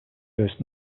щось